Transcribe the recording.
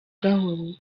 gahoro